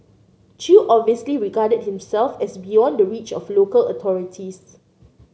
Chew obviously regarded himself as beyond the reach of local authorities